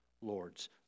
lords